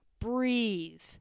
breathe